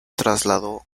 trasladó